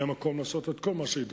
היה מקום לעשות כל מה שיידרש,